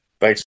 Thanks